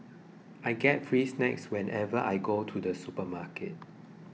I get free snacks whenever I go to the supermarket